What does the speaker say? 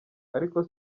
ariko